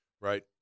Right